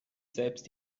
selbst